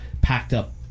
packed-up